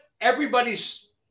Everybody's